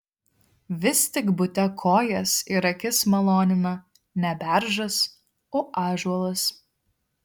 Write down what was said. vis tik bute kojas ir akis malonina ne beržas o ąžuolas